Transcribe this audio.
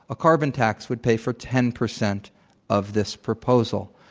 a carbon tax would pay for ten percent of this proposal.